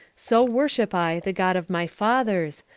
so worship i the god of my fathers,